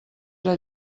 era